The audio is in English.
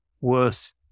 worth